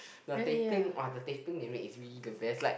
the teh peng !wah! the teh peng they make is really the best like